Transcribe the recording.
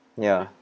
ya